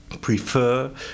prefer